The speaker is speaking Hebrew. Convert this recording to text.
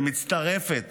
שמצטרפת